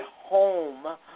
home